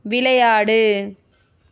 விளையாடு